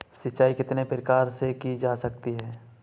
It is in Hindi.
सिंचाई कितने प्रकार से की जा सकती है?